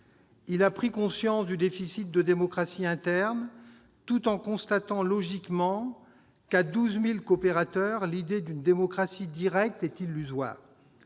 a pris conscience du déficit de démocratie interne, tout en constatant logiquement que, à 12 000 coopérateurs, l'idée d'une démocratie directe est illusoire.